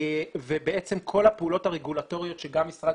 ובעצם כל הפעולות הרגולטוריות שגם משרד